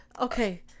Okay